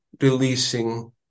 releasing